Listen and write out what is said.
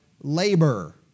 labor